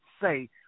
say